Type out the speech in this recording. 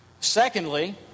Secondly